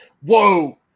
Whoa